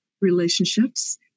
relationships